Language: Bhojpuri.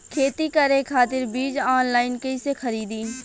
खेती करे खातिर बीज ऑनलाइन कइसे खरीदी?